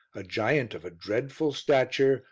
a giant of a dreadful stature,